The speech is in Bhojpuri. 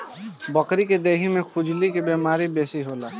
बकरी के देहि में खजुली के बेमारी बेसी होला